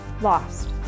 lost